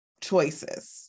choices